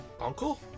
Uncle